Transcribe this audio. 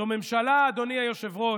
זו ממשלה, אדוני היושב-ראש,